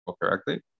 correctly